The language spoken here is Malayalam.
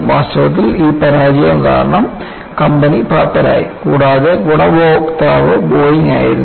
വാസ്തവത്തിൽ ഈ പരാജയം കാരണം കമ്പനി പാപ്പരായി കൂടാതെ ഗുണഭോക്താവ് ബോയിംഗ് ആയിരുന്നു